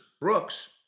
Brooks